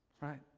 right